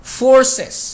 forces